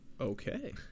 Okay